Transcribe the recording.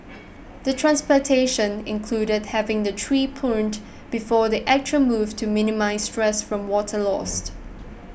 the transplantation included having the tree pruned before the actual move to minimise stress from water loss